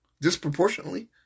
Disproportionately